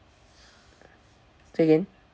say again